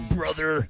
brother